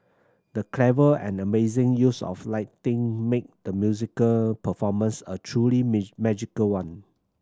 the clever and amazing use of lighting made the musical performance a truly magical one